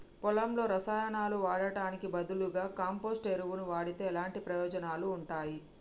పొలంలో రసాయనాలు వాడటానికి బదులుగా కంపోస్ట్ ఎరువును వాడితే ఎలాంటి ప్రయోజనాలు ఉంటాయి?